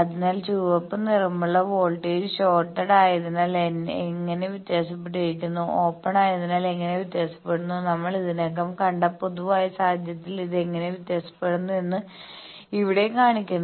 അതിനാൽ ചുവപ്പ് നിറമുള്ള വോൾട്ടേജ് ഷോർട്ട്ഡ് ആയതിൽ എങ്ങനെ വ്യത്യാസപ്പെട്ടിരിക്കുന്നു ഓപ്പൺ ആയതിൽ എങ്ങനെ വ്യത്യാസപ്പെടുന്നു നമ്മൾ ഇതിനകം കണ്ട പൊതുവായ സാഹചര്യത്തിൽ ഇത് എങ്ങനെ വ്യത്യാസപ്പെടുന്നു എന്ന് ഇവിടെ കാണിക്കുന്നു